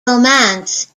romance